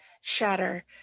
shatter